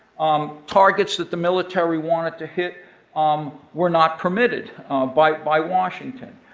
um targets that the military wanted to hit um were not permitted by by washington.